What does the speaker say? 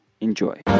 enjoy